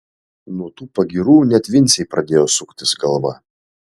nuo tų pagyrų net vincei pradėjo suktis galva